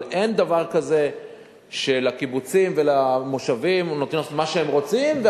אבל אין דבר כזה שלקיבוצים ולמושבים נותנים לעשות מה שהם רוצים,